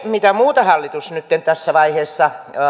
mitä muuta hallitus nytten tässä vaiheessa